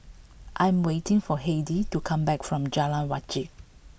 I am waiting for Heidy to come back from Jalan Wajek